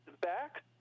back